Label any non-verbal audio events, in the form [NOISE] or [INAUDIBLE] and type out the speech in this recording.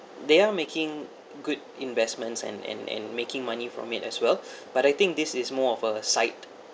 they are making good investments and and and making money from it as well [BREATH] but I think this is more of a side